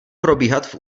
probíhat